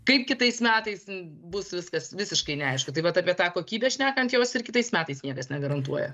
kaip kitais metais bus viskas visiškai neaišku taip vat apie tą kokybę šnekant jos ir kitais metais niekas negarantuoja